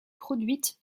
produite